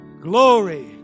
glory